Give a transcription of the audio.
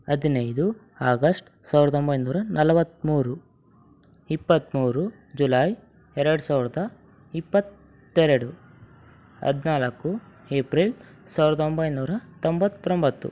ಹದಿನೈದು ಆಗಸ್ಟ್ ಸಾವಿರದೊಂಬೈನೂರ ನಲ್ವತ್ಮೂರು ಇಪ್ಪತ್ಮೂರು ಜುಲಾಯ್ ಎರಡು ಸಾವಿರದ ಇಪ್ಪತ್ತೆರಡು ಹದಿನಾಲ್ಕು ಏಪ್ರಿಲ್ ಸಾವಿರದೊಂಬೈನೂರ ತೊಂಬತ್ತೊಂಬತ್ತು